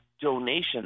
donations